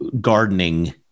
gardening